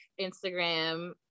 Instagram